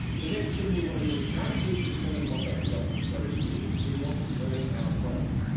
the next thing we want to do is once we've determined what that development strategy is, we want to learn our trade,